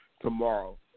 tomorrow